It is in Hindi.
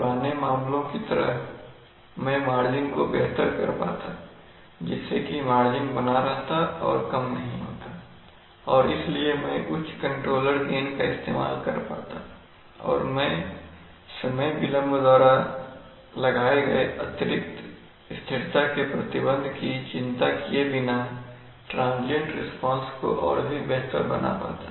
पुराने मामलों की तरह मैं मार्जिन को बेहतर कर पाता जिससे कि मार्जिन बना रहता और कम नहीं होता और इसलिए मैं उच्च कंट्रोलर गेन का इस्तेमाल कर पाता और मैं समय विलंब द्वारा लगाए गए अतिरिक्त स्थिरता के प्रतिबंध की चिंता किए बिना ट्रांजियंट रिस्पांस को और भी बेहतर बना पाता